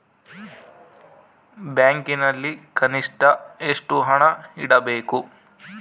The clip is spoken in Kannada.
ಬ್ಯಾಂಕಿನಲ್ಲಿ ಕನಿಷ್ಟ ಎಷ್ಟು ಹಣ ಇಡಬೇಕು?